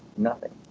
nothing.